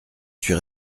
suis